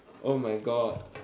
oh my god